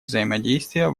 взаимодействия